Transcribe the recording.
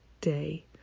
day